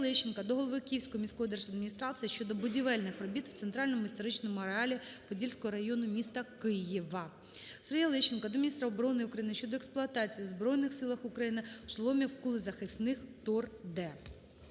Сергія Лещенка до голови Київської міської держадміністрації щодо будівельних робіт в Центральному історичному ареалі Подільського району міста Києва. Сергія Лещенка до міністра оборони України щодо експлуатації у Збройних Силах України шоломівкулезахисних "Тор-Д".